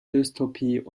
dystopie